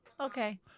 Okay